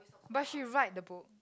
but she write the book